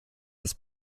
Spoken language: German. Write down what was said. das